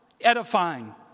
edifying